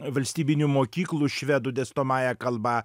valstybinių mokyklų švedų dėstomąja kalba